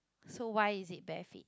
so why is it bare feet